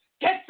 Get